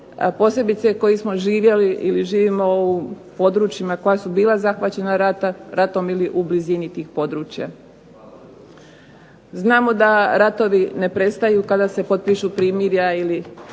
posebice koji smo živjeli ili živimo u područjima koja su bila zahvaćena ratom ili u blizini tih područja. Znamo da ratovi ne prestaju kada se potpišu primirja ili